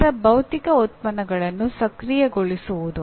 ನಂತರ ಭೌತಿಕ ಉತ್ಪನ್ನಗಳನ್ನು ಸಕ್ರಿಯಗೊಳಿಸುವುದು